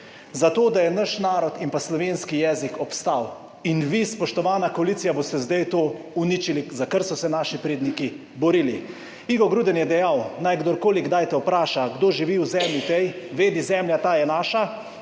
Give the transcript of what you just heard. za to, da je naš narod in slovenski jezik obstal. In vi, spoštovana koalicija, boste zdaj uničili to, za kar so se naši predniki borili. Igo Gruden je dejal: »Naj kdorkoli kdaj te vpraša, kdo živi na zemlji tej, vedi: zemlja ta je naša,